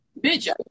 Bitch